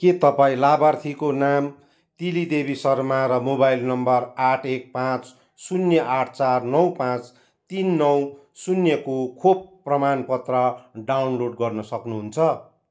के तपाईँँ लाभार्थीको नाम तिली देवी शर्मा र मोबाइल नम्बर आठ एक पाँच शून्य आठ चार नौ पाँच तिन नौ शून्यको खोप प्रमाणपत्र डाउनलोड गर्न सक्नुहुन्छ